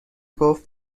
گفت